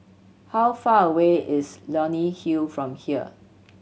how far away is Leonie Hill from here